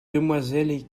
demoiselle